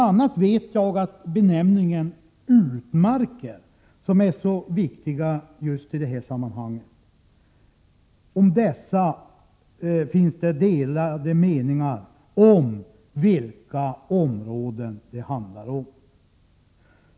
a. vet jag att det finns delade meningar om vilka områden som går under benämningen utmarker — områden som är mycket viktiga just i detta sammanhang.